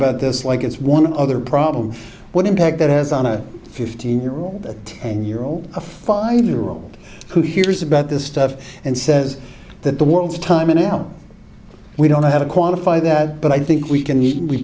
about this like it's one other problem what impact that has on a fifteen year old and year old a five year old who hears about this stuff and says that the world's time and now we don't have a quantify that but i think we can